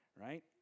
right